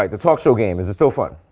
like the talk show game. is it still fun?